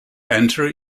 enter